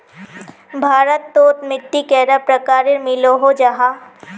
भारत तोत मिट्टी कैडा प्रकारेर मिलोहो जाहा?